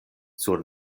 sur